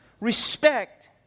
respect